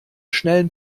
schnellen